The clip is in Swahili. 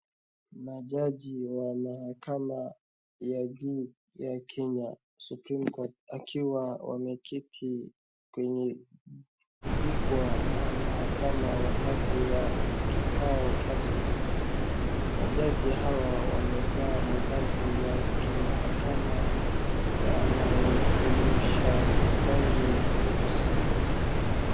Majaji wa mahakama ya juu ya Kenya Supreme Court , akiwa wameketi kwenye jukwaa na mahakama wakati wa kikao rasmi. Majaji hawa wamevaa mavazi ya kimahakama yanayojumuisha kanzu nyeusi.